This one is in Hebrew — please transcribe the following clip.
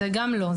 זה גם לא.